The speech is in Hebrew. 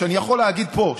שאני יכול להגיד פה,